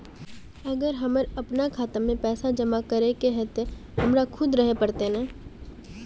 अगर हमर अपना खाता में पैसा जमा करे के है ते हमरा खुद रहे पड़ते ने?